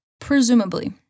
Presumably